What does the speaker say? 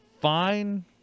fine